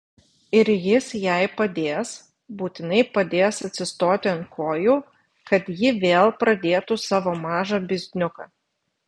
ir jis jai padės būtinai padės atsistoti ant kojų kad ji vėl pradėtų savo mažą bizniuką